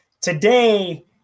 today